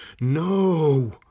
No